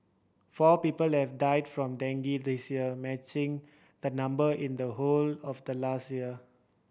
four people have died from dengue this year matching the number in the whole of last year